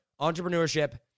Entrepreneurship